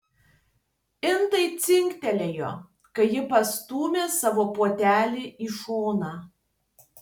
indai dzingtelėjo kai ji pastūmė savo puodelį į šoną